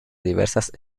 diversas